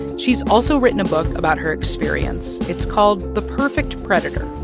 she's also written a book about her experience. it's called the perfect predator.